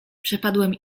przepadłem